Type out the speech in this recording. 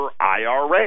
IRA